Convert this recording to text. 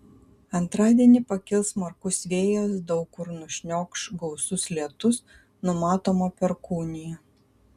antradienį pakils smarkus vėjas daug kur nušniokš gausus lietus numatoma perkūnija